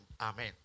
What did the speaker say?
Amen